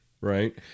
Right